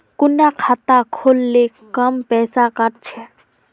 कुंडा खाता खोल ले कम पैसा काट छे?